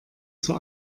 zur